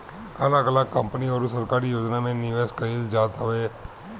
अगल अलग कंपनी अउरी सरकारी योजना में निवेश कईल जात हवे